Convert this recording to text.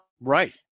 Right